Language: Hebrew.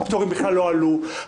הפטורים בכלל לא עלו.